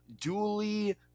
duly